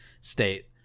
State